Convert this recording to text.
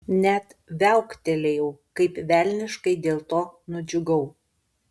net viauktelėjau kaip velniškai dėl to nudžiugau